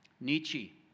Nietzsche